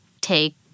take